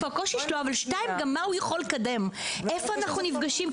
הקושי שלו ומה הוא יכול לקדם ואיפה אנחנו נפגשים.